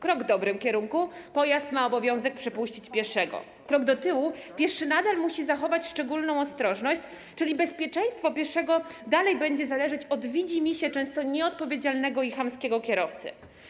Krok w dobrym kierunku, bo pojazd ma obowiązek przepuścić pieszego, a krok do tyłu, bo pieszy nadal musi zachować szczególną ostrożność, czyli bezpieczeństwo pieszego nadal będzie zależeć od widzimisię często nieodpowiedzialnego i chamskiego kierowcy.